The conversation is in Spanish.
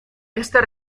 esta